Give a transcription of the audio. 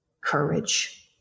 courage